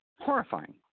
horrifying